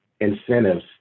incentives